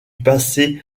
passer